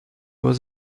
was